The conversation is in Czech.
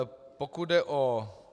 Pokud jde o...